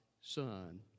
son